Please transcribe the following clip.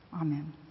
Amen